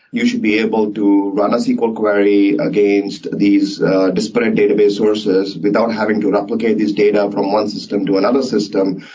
you should be able to run a sql query against these disparate sources without having to replicate these data from one system to another system.